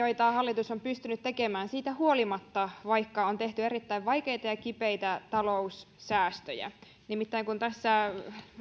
joita hallitus on pystynyt tekemään siitä huolimatta vaikka on tehty erittäin vaikeita ja kipeitä taloussäästöjä nimittäin kun tässä